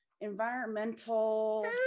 environmental